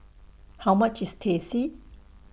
How much IS Teh C